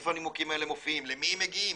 איפה הנימוקים האלה מופיעים, למי הם מגיעים?